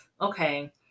Okay